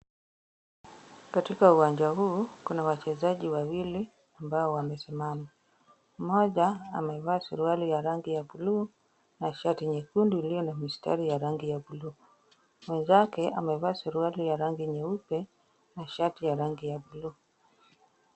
Katika uwanja huu kuna wachezaji wawili, ambao wamesimama. Mmoja amevaa suruali ya rangi ya buluu na shati nyekundu iliyo na mistari ya rangi ya buluu. Mwenzake amevaa suruali ya rangi nyeupe, na shati ya rangi ya buluu.